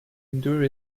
endure